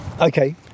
Okay